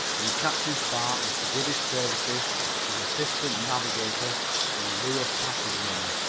and captain spark was to give his services as assistant navigator in lieu of passage money.